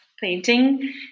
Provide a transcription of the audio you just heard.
painting